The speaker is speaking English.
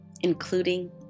including